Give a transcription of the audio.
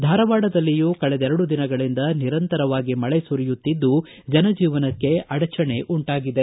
ಧಾರವಾಡದಲ್ಲಿಯೂ ಕಳೆದೆರಡು ದಿನಗಳಿಂದ ನಿರಂತರವಾಗಿ ಮಳೆಸುರಿಯುತ್ತಿದ್ದು ಜನಜೀವನಕ್ಕೆ ಅಡಚಣೆ ಉಂಟಾಗಿದೆ